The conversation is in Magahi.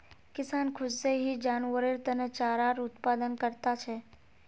किसान खुद से ही जानवरेर तने चारार उत्पादन करता छे